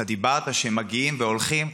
אתה אמרת שהם מגיעים והולכים,